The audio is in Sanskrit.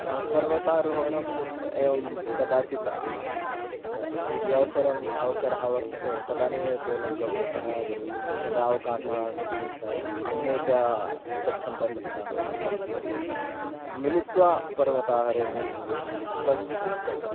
पर्वतारोहणम् एवं कदाचित् यदि अवसरम् अवसरः वर्तते तदानीमेव केवलं गम्यते यदा अवकाशः अस्ति अन्ये च गच्छन्तः स सन्ति मिलित्वा पर्वतारोहणं तत् इष्टम्